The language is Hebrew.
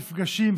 מפגשים,